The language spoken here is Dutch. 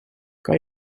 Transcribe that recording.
kan